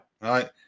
Right